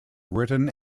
written